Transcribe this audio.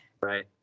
Right